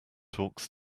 talks